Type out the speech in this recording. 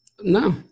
No